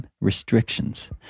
Restrictions